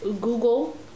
Google